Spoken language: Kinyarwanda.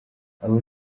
abo